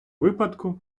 випадку